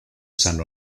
san